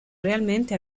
realmente